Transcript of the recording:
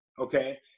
okay